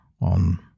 on